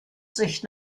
sich